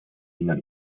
ihnen